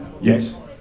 Yes